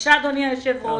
בבקשה אדוני היושב ראש,